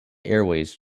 airways